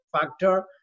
factor